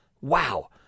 wow